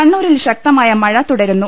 കണ്ണൂരിൽ ശക്തമായ മഴ തുടരുന്നു